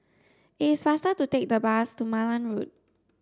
it is faster to take the bus to Malan Road